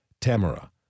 Tamara